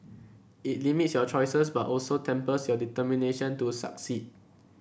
it limits your choices but also tempers your determination to succeed